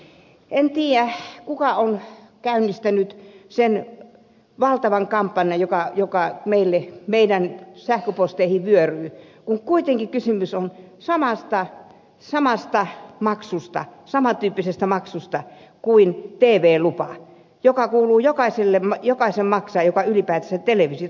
en tiedä kuka on käynnistänyt sen valtavan kampanjan joka meidän sähköposteihimme vyöryy kun kuitenkin kysymys on saman tyyppisestä maksusta kuin tv lupa joka kuuluu jokaisen maksaa joka ylipäätänsä televisiota katsoo